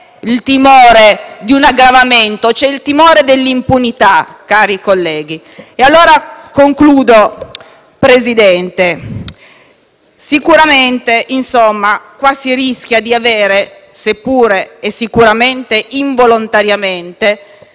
il timore di un aggravamento, c'è il timore dell'impunità, cari colleghi. Concludo, Presidente: sicuramente si rischia di avere, seppure e sicuramente involontariamente,